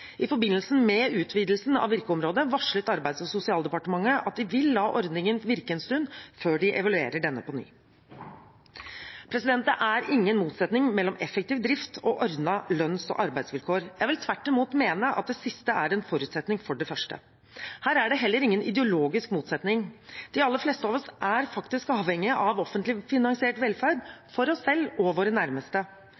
I forbindelse med utvidelsen av virkeområdet varslet Arbeids- og sosialdepartementet at de vil la ordningen få virke en stund før de evaluerer den på ny. Det er ingen motsetning mellom effektiv drift og ordnede lønns- og arbeidsvilkår. Jeg vil tvert imot mene at det siste er en forutsetning for det første. Her er det heller ingen ideologisk motsetning. De aller fleste av oss er faktisk avhengige av offentlig finansiert velferd